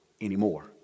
anymore